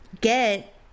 get